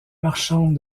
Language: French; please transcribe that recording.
marchande